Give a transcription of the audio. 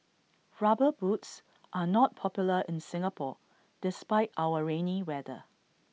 rubber boots are not popular in Singapore despite our rainy weather